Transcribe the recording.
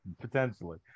potentially